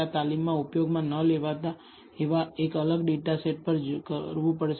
આ તાલીમમાં ઉપયોગમાં ન લેવાતા એક અલગ ડેટા સેટ પર કરવું પડશે